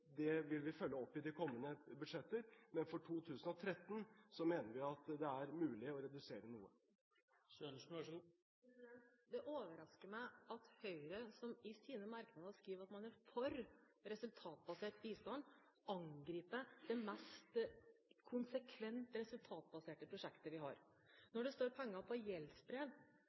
det vil vi følge opp i de kommende budsjetter – men for 2013 mener vi det er mulig å redusere noe. Det overrasker meg at Høyre, som i sine merknader skriver at man er for resultatbasert bistand, angriper det mest konsekvent resultatbaserte prosjektet vi har. Når det står penger på gjeldsbrev,